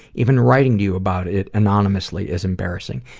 even writing to you about it, anonymously, is embarrassing.